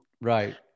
Right